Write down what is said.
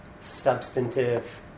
substantive